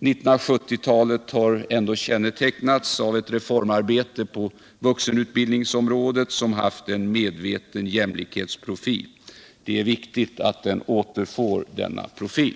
1970-talet har kännetecknats av ett re formarbete på vuxenutbildningens område som haft en medveten jämlikhetsprofil. Det är viktigt att vuxenutbildningen återfår denna profil.